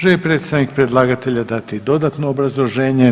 Želi li predstavnik predlagatelja dati dodatno obrazloženje?